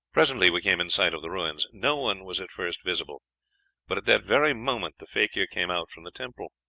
presently we came in sight of the ruins. no one was at first visible but at that very moment the fakir came out from the temple.